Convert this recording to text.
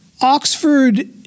Oxford